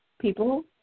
people